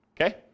Okay